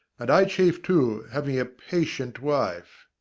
and i chafe too, having a patient wife.